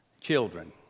children